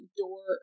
door